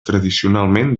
tradicionalment